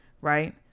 Right